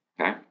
okay